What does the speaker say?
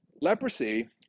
leprosy